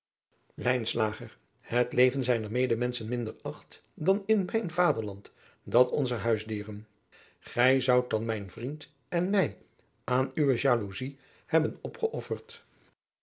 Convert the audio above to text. het leven zijner medemenschen minden acht dan in mijn vaderland dat onzer huisdieren gij zoudt dan mijn vriend en mij aan uwe jaloezij hebben opgeofferd